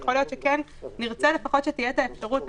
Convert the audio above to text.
יכול להיות שנרצה שתהיה אפשרות לפחות.